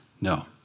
No